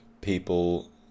people